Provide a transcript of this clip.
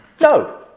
No